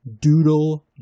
Doodle